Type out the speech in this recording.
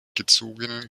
gezogenen